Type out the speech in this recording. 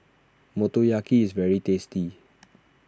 Motoyaki is very tasty